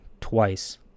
twice